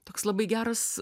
toks labai geras